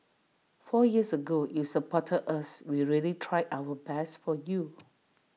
four years ago you supported us we really tried our best for you